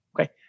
okay